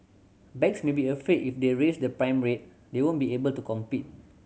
banks may be afraid if they raise the prime rate they won't be able to compete